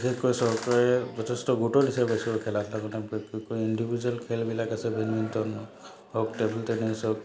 বিশেষকৈ চৰকাৰে যথেষ্ট গুৰুত্ব দিছে বেছি খেলা ধূলা ইণ্ডিভিজুৱেল খেলবিলাক আছে বেডমিণ্টন হওক টেবুল টেনিছ হওক